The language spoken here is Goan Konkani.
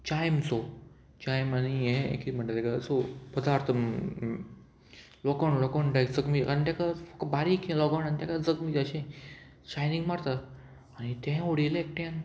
चायम सो चायम आनी हें कितें म्हणटा तेका सो पदार्थ लोकोण लोकोण टायप चकमी आनी तेका बारीकशें लोकोण आनी तेका चकमी अशें शायनींग मारता आनी तें उडयलें एकट्यान